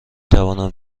توانم